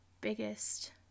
biggest